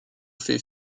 fait